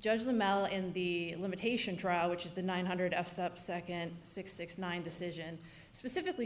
judge the mal in the limitation trial which is the nine hundred us up second six six nine decision specifically